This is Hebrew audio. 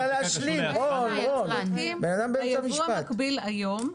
היבוא המקביל היום,